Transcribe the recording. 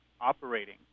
operating